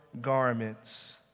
garments